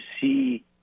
see